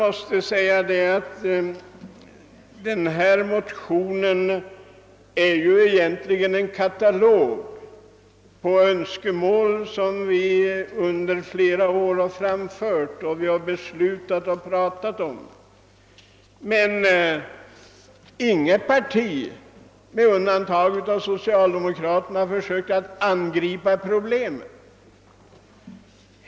Den nu aktuella motionen är egentligen bara en katalog över de önskemål, som vi under flera år har framfört, diskuterat och fattat beslut om. Men inget parti, med undantag för socialdemokraterna, har försökt angripa problemet.